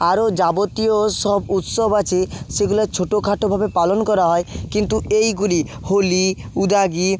আরও যাবতীয় সব উৎসব আছে সেগুলো ছোটোখাটোভাবে পালন করা হয় কিন্তু এইগুলি হোলি উগাদি